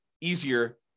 easier